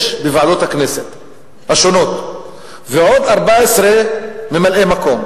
בוועדות הכנסת השונות ועוד 14 ממלאי-מקום,